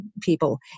people